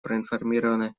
проинформированы